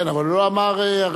אבל הוא לא אמר "הראשון".